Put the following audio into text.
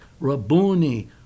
Rabuni